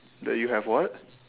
that you have what